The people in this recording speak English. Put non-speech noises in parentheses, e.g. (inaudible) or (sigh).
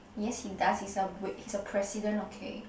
yes he does he is a (noise) he is a president okay